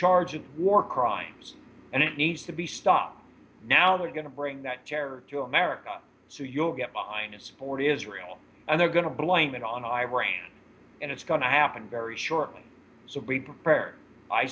charged with war crimes and it needs to be stopped now they're going to bring that chair to america so you'll get behind and support israel and they're going to blame it on iran and it's going to happen very shortly so be prepared i